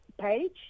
page